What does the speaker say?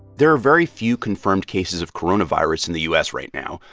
there are very few confirmed cases of coronavirus in the u s. right now.